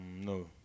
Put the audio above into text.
No